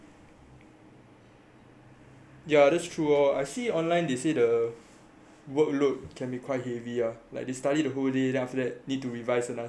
ya that's true ah I see online they say the workload can be quite heavy ah like they study the whole day then after that need to revise six hours plus